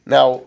Now